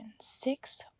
Six